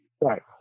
Right